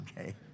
okay